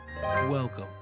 Welcome